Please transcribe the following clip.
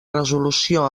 resolució